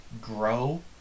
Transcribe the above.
grow